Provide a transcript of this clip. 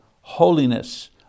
holiness